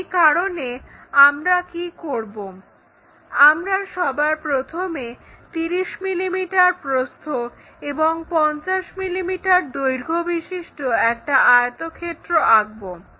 সেই কারনে আমরা কি করবো সবার প্রথমে 30 মিলিমিটার প্রস্থ এবং 50 মিলিমিটার দৈর্ঘ্যবিশিষ্ট একটা আয়তক্ষেত্র আঁকবো